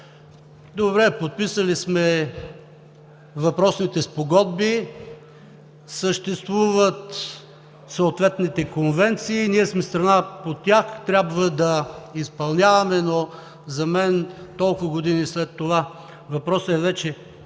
Добре, подписали сме въпросните спогодби, съществуват съответните конвенции, ние сме страна по тях, трябва да изпълняваме. Толкова години след това, въпросът ми е: